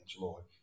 Lord